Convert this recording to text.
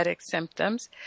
symptoms